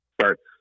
starts